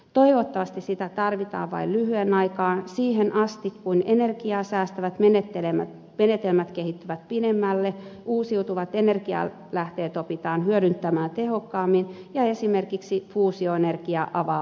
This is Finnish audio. toivottavasti sitä tarvitaan vain lyhyen aikaa siihen asti kun energiaa säästävät menetelmät kehittyvät pidemmälle uusiutuvat energialähteet opitaan hyödyntämään tehokkaammin ja esimerkiksi fuusioenergia avaa uusia mahdollisuuksia